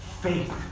Faith